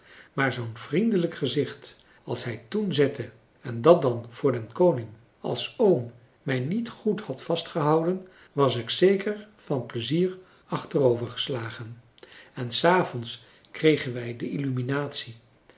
maar zoo'n vriendelijk gezicht als hij toen zette en dat dan voor den koning als oom mij niet goed had vastgehouden was ik zeker van pleizier achterovergeslagen en s avonds kregen wij de illuminatie